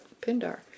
Pindar